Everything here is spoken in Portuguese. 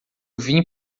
vim